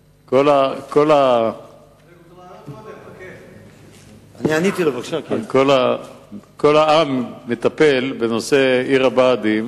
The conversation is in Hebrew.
1. מתי יקבלו העובדים